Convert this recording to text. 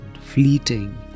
fleeting